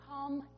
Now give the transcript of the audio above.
come